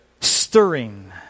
stirring